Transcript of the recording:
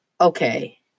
Okay